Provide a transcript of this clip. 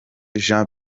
jean